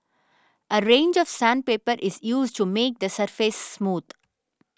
a range of sandpaper is used to make the surface smooth